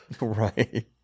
Right